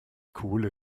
coole